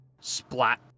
splat